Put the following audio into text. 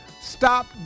Stop